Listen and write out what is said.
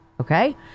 okay